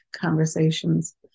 conversations